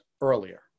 earlier